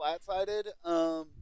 flat-sided